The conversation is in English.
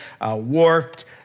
warped